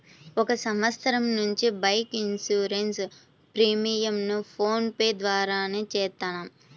ఒక సంవత్సరం నుంచి బైక్ ఇన్సూరెన్స్ ప్రీమియంను ఫోన్ పే ద్వారానే చేత్తన్నాం